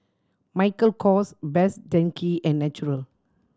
Michael Kors Best Denki and Natural